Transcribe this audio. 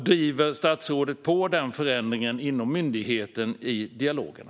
Driver statsrådet på den förändringen inom myndigheten i dialogerna?